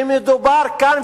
שמדובר כאן,